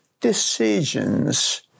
decisions